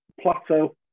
plateau